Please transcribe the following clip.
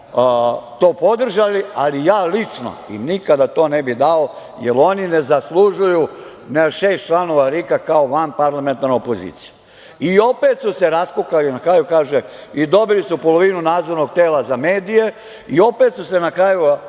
to podržali, ali ja lično im nikada to ne bih dao, jer oni ne zaslužuju šest članova RIK-a kao vanparlamentarna opozicija.I opet su se raskukali na kraju, kažu, dobili su polovinu nadzornog tela za medije i opet su se raskukali,